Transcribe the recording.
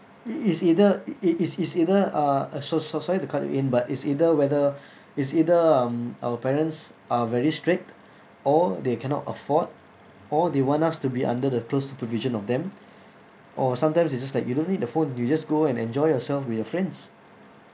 it it's either it it's it's either uh uh so so sorry to cut you in but it's either whether it's either um our parents are very strict or they cannot afford or they want us to be under the close supervision of them or sometimes it's just like you don't need the phone you just go and enjoy yourself with your friends